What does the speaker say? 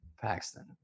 Paxton